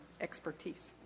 expertise